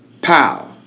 pow